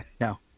no